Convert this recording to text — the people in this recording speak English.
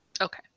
okay